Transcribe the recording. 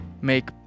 make